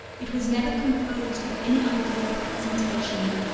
it was never composed with any idea of presentation.